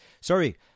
Sorry